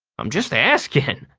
i'm just asking,